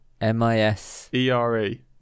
M-I-S-E-R-E